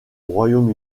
royaume